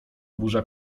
burza